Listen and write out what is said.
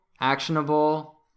actionable